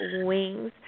Wings